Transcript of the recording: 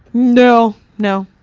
no, no.